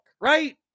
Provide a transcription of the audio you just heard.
right